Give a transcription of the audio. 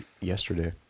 yesterday